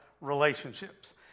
relationships